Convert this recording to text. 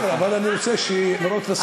בסדר, אבל אני רוצה לראות את השר במקומו.